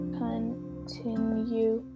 continue